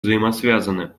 взаимосвязаны